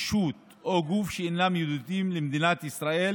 ישות או גוף שאינם ידידותיים למדינת ישראל